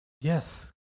Yes